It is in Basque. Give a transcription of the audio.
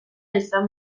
izan